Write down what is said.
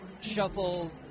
shuffle